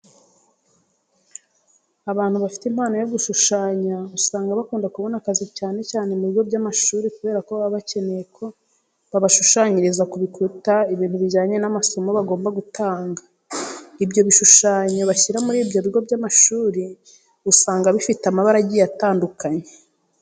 Abantu bafite impano yo gushushanya usanga bakunda kubona akazi cyane cyane ku bigo by'amashuri kubera ko baba bakeneye ko babashushanyiriza ku bikuta ibintu bijyanye n'amasomo bagomba gutanga. Ibyo bishushanyo bashyira muri ibyo bigo by'amashuri usanga bifite amabara agiye atandukanye.